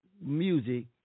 music